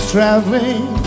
traveling